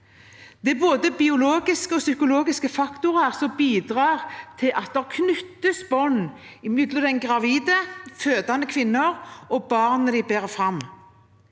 Det er både biologiske og psykologiske faktorer som bidrar til at det knyttes bånd mellom gravide og fødende kvinner og barnet de bærer fram.